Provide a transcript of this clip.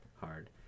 hard